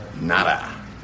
Nada